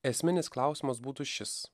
esminis klausimas būtų šis